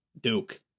Duke